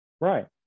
Right